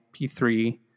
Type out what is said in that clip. P3